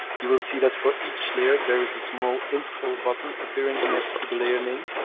you will see that for each layer, there is a small info button appearing next to the layer name,